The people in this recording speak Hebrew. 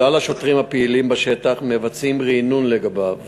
כלל השוטרים הפעילים בשטח מבצעים רענון לגביו